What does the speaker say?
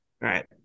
right